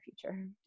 future